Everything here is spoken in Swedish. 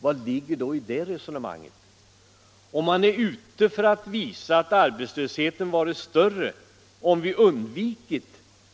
Vad ligger då i det resonemanget? Om man är ute för att visa att arbetslösheten skulle ha varit större, om vi hade undvikit